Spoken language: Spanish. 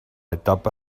etapa